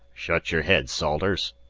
shut your head, salters,